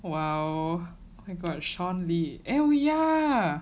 !wow! I got shawn lee oh yeah